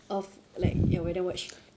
of like whether I watch